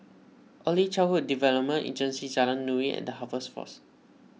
Early Childhood Development Agency Jalan Nuri and the Harvest force